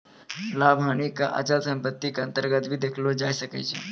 लाभ हानि क अचल सम्पत्ति क अन्तर्गत भी देखलो जाय सकै छै